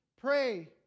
Pray